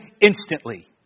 instantly